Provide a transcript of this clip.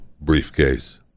briefcase